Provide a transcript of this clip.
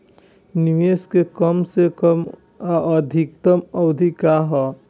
निवेश के कम से कम आ अधिकतम अवधि का है?